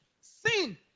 sin